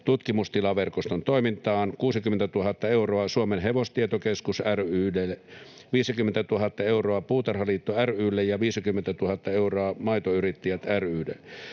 Tutkimustilaverkoston toimintaan, 60 000 euroa Suomen Hevostietokeskus ry:lle, 50 000 euroa Puutarhaliitto ry:lle ja 50 000 euroa Maitoyrittäjät